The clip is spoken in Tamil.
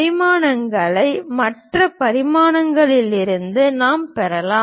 பரிமாணங்களை மற்ற பார்வைகளிலிருந்து நாம் பெறலாம்